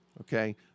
Okay